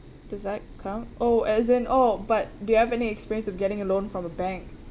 does that count oh as in oh but do you have any experience of getting a loan from a bank